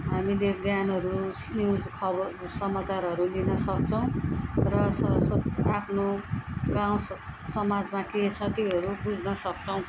हामीले ज्ञानहरू न्युज खबर समाचारहरू लिन सक्छौँ र स सब आफ्नो गाउँ समाजमा के छ त्योहरू बुझ्न सक्छौँ